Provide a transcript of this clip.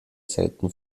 selten